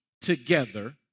together